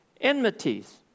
enmities